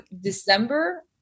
December